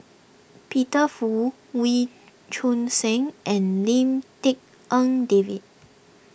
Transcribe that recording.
Peter Fu Wee Choon Seng and Lim Tik En David